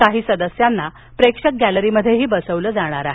काही सदस्यांना प्रेक्षक गॅलरीत बसवलं जाणार आहे